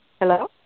Hello